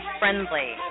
friendly